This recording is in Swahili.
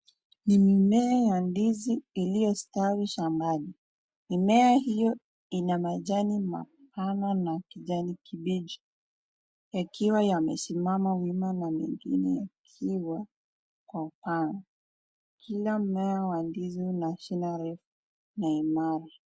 Ni mimea ya ndizi iliyo stawi shambani, mimea hio ina majani mapana na kijani kibichi yakiwa yamesimama wima na mengine yakiwa, Kwa paa. Kila mmea wa ndizi una shina refu na imara.